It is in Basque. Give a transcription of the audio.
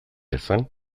dezan